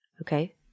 Okay